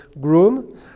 groom